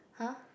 !huh!